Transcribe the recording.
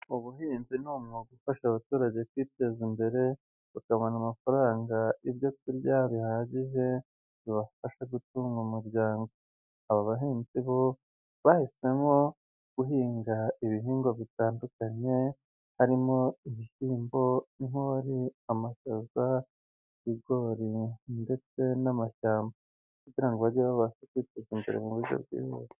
ubuhinzi ni umwuga ufasha abaturage kwiteza imbere bakabona amafaranga, ibyo kurya bihagije bibafasha gutunga umuryango, aba bahinzi bo bahisemo guhinga ibihingwa bitandukanye harimo: ibishyimbo, inkori, amashaza, ibigori ndetse n'amashyamba, kugira ngo bajye babasha kwiteza imbere mu buryo bwihuse.